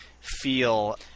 feel